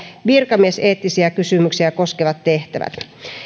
virkamieseettisiä kysymyksiä koskevat tehtävät